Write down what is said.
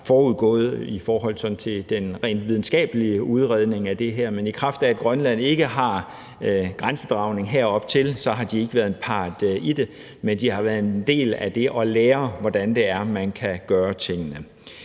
forud for den sådan rent videnskabelige udredning af det her, men i kraft af at Grønland ikke har grænsedragning heroptil, så har de ikke været en part i det – men de har været en del af det at lære, hvordan man kan gøre tingene.